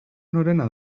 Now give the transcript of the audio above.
norena